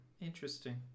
Interesting